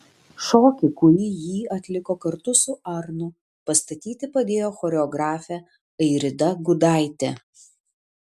šokį kurį jį atliko kartu su arnu pastatyti padėjo choreografė airida gudaitė